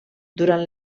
durant